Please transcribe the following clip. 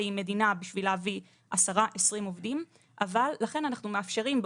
עם מדינה בשביל להביא עשרה או 20 עובדים; אבל לכן אנחנו מאפשרים,